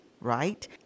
right